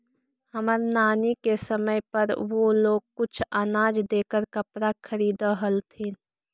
हमर नानी के समय पर वो लोग कुछ अनाज देकर कपड़ा खरीदअ हलथिन